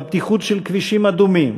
בבטיחות של כבישים אדומים,